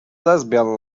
lesbian